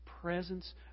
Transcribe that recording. presence